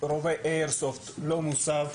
רובה איירסופט לא מוסב.